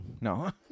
no